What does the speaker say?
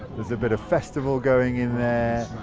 there's a bit of festival going in there.